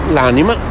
L'anima